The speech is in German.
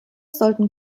sollten